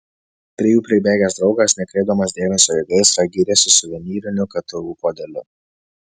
prie jų pribėgęs draugas nekreipdamas dėmesio į gaisrą gyrėsi suvenyriniu ktu puodeliu